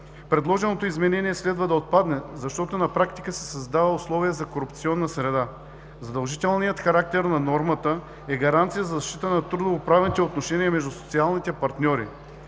Предложеното изменение следва да отпадне, защото на практика се създава условие за корупционна среда. Задължителният характер на нормата е гаранция за защита на трудово-правните отношения между социалните партньори.